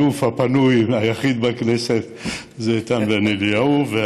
האלוף הפנוי היחיד בכנסת זה איל בן ראובן,